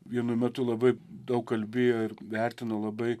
vienu metu labai daug kalbėjo ir vertino labai